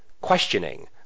questioning